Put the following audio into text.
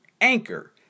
Anchor